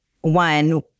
one